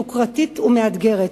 יוקרתית ומאתגרת,